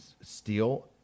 steel